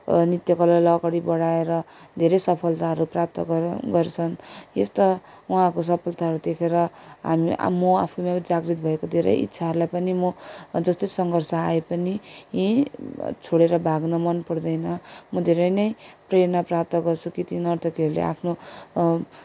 नृत्य कलालाई अगाडि बढाएर धेरै सफलताहरू प्राप्त गर गर्छन् यस्ता उहाँहरूको सफलताहरू देखेर हामी म आफूमा जागृत भएको धेरै इच्छाहरूलाई म जस्तै सङ्घर्ष आए पनि इ छोडेर भाग्न मन पर्दैन म धेरै नै प्रेरणा प्राप्त गर्छु कि ती नर्तकीहरूले आफ्नो